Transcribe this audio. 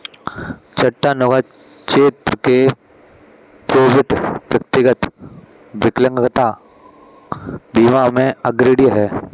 Chattanooga, Tenn के Provident, व्यक्तिगत विकलांगता बीमा में अग्रणी हैं